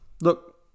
look